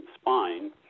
spine